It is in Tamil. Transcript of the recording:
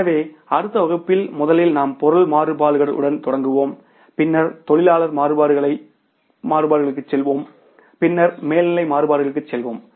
எனவே அடுத்த வகுப்பில் முதலில் நாம் பொருள் மாறுபாடுகளுடன் தொடங்குவோம் பின்னர் தொழிலாளர் மாறுபாடுகளுக்குச் செல்வோம் பின்னர் மேல்நிலை மாறுபாடுகளுக்கு செல்வோம்